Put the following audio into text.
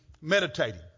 meditating